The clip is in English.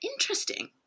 Interesting